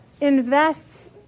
invests